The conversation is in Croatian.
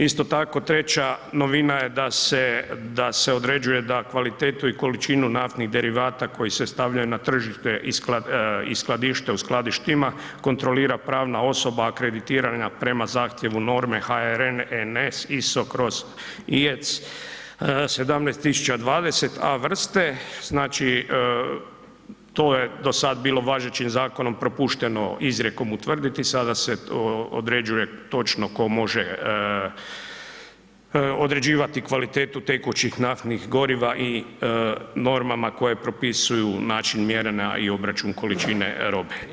Isto tako, treća novina je da se određuje da kvalitetu i količinu naftnih derivata koji se stavljaju na tržište i skladište u skladištima, kontrolira pravna osoba akreditirana prema zahtjevu norme HRN NS ISO/IEC 17020 A-vrste, znači, to je do sad bilo važećim zakonom propušteno izrijekom utvrditi, sada se određuje točno tko može određivati kvalitetu tekućih naftnih goriva i normama koje propisuju način mjerenja i način obračun količine robe.